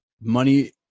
money